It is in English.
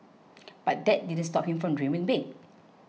but that didn't stop him from dreaming big